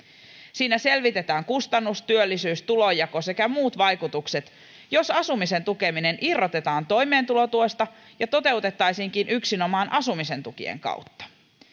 siinä selvitetään kustannus työllisyys tulonjako sekä muut vaikutukset jos asumisen tukeminen irrotetaan toimeentulotuesta ja toteutettaisiinkin yksinomaan asumisen tukien kautta